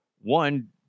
one